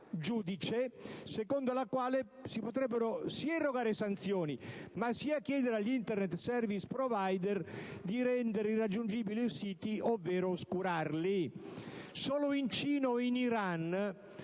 giudice, secondo la quale si potrebbero sia erogare sanzioni, sia chiedere agli Internet *service provider* di rendere irraggiungibili i siti, ovvero di oscurarli. Solo in Cina e in Iran